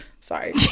Sorry